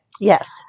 Yes